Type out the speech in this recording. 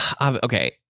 okay